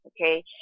Okay